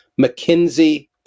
McKinsey